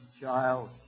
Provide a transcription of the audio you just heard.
child